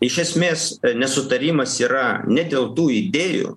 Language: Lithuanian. iš esmės nesutarimas yra ne dėl tų idėjų